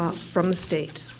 ah from the state.